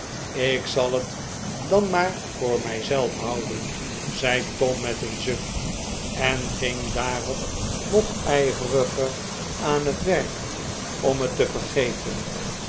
ik zal het dan maar voor mij zelf houden zei tom met een zucht en ging daarop nog ijveriger aan het we'rk om het te vergeten